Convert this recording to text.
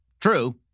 true